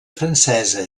francesa